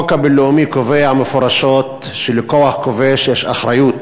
החוק הבין-לאומי קובע מפורשות שלכוח כובש יש אחריות